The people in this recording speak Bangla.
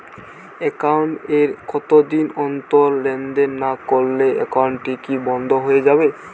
একাউন্ট এ কতদিন অন্তর লেনদেন না করলে একাউন্টটি কি বন্ধ হয়ে যাবে?